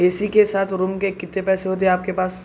اے C کے ساتھ room کے کتنے پیسے ہوتے آپ کے پاس